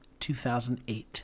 2008